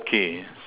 okay